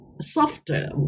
softer